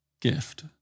gift